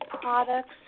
products